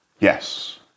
yes